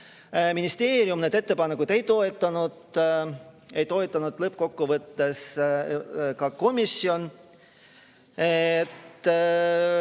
Ministeerium neid ettepanekuid ei toetanud, neid ei toetanud lõppkokkuvõttes ka komisjon.